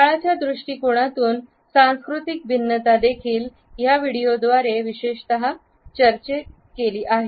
काळाच्या दृष्टीकोनातून सांस्कृतिक भिन्नता देखील या व्हिडिओद्वारे विशेषत चर्चा केली आहे